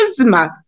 charisma